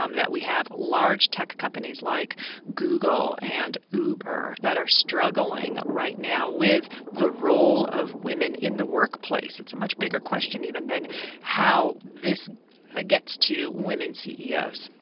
um that we have large tech companies like google and uber that are struggling right now with the role of women in the workplace. it's a much bigger question even than how this ah gets to women ceos.